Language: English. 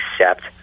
accept